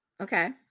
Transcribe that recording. Okay